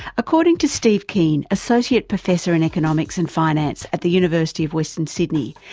according to steve keen, associate professor in economics and finance at the university of western sydney,